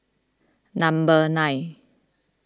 number nine